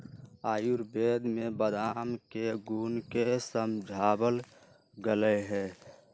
आयुर्वेद में बादाम के गुण के समझावल गैले है